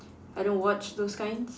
I don't watch those kinds